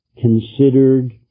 considered